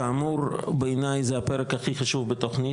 כאמור בעיניי זה החלק הכי חשוב בתכנית.